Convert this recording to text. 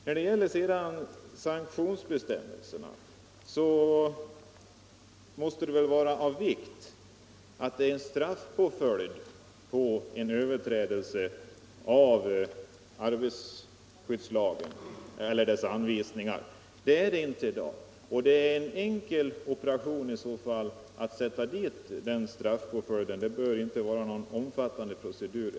När det gäller sanktionsbestämmelserna måste det väl vara av vikt att det finns en straffpåföljd för en överträdelse av arbetarskyddslagen eller anvisningarna till den. Det finns det inte i dag, men det är en enkel operation att sätta dit straffpåföljden; det behöver inte kräva någon omfattande procedur.